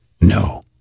No